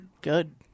Good